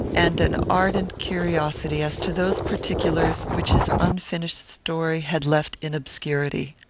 and an ardent curiosity as to those particulars which his unfinished story had left in obscurity.